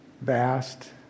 vast